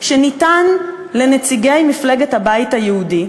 שניתן לנציגי מפלגת הבית היהודי,